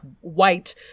white